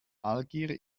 algier